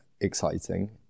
exciting